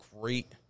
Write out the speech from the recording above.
great –